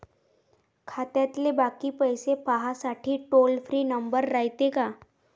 खात्यातले बाकी पैसे पाहासाठी टोल फ्री नंबर रायते का?